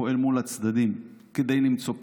פועל מול הצדדים כדי למצוא פתרון.